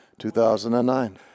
2009